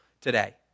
today